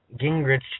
Gingrich